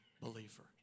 believer